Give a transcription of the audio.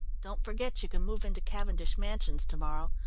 don't forget you can move into cavendish mansions to-morrow.